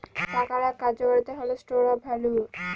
টাকার এক কার্যকারিতা হল স্টোর অফ ভ্যালু